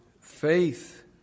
faith